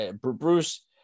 Bruce